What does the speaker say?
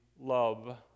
love